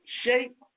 shape